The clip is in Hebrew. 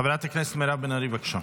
חברת הכנסת מירב בן ארי, בבקשה.